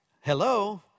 Hello